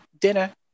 dinner